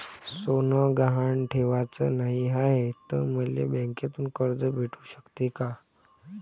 सोनं गहान ठेवाच नाही हाय, त मले बँकेतून कर्ज भेटू शकते का?